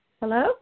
Hello